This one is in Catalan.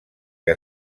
que